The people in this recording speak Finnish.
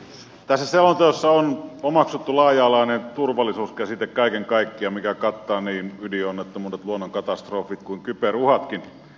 tässä selonteossa on omaksuttu laaja alainen turvallisuuskäsite kaiken kaikkiaan mikä kattaa niin ydinonnettomuudet luonnonkatastrofit kuin kyberuhatkin